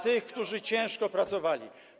Tym, którzy ciężko pracowali.